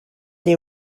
they